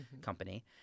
Company